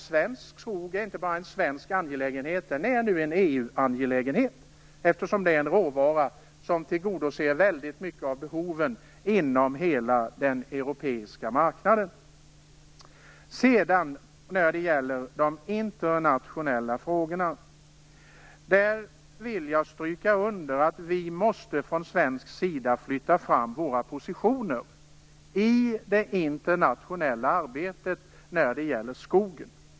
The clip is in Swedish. Svensk skog är inte bara en svensk angelägenhet, den är nu en EU-angelägenhet, eftersom det är en råvara som tillgodoser en mycket stor del av behoven inom hela den europeiska marknaden. Jag vill stryka under att vi från svensk sida måste flytta fram våra positioner i det internationella arbetet när det gäller skogen.